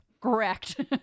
correct